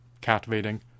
captivating